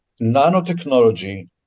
nanotechnology